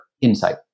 insight